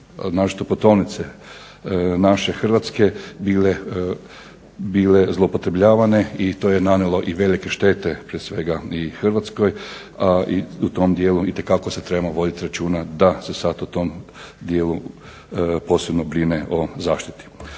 naročito putovnice naše hrvatske bile zloupotrebljavane i to je nanijelo i velike štete prije svega i Hrvatskoj, a i u tom dijelu itekako se treba voditi računa da se sad u tom dijelu posebno brine o zaštiti.